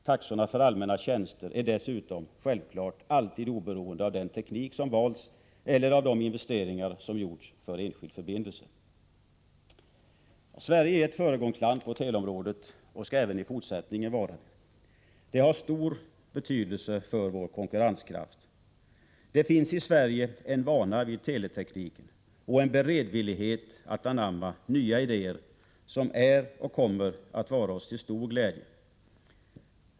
Taxorna för allmänna tjänster är dessutom självklart alltid oberoende av den teknik som valts eller av de investeringar som gjorts för enskild förbindelse. Sverige är ett föregångsland på teleområdet och skall även i fortsättningen vara det. Det har stor betydelse för vår konkurrenskraft. Det finns i Sverige en vana vid teletekniken och en beredvillighet att anamma nya idéer som är och kommer att vara oss till stor glädje.